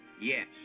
Yes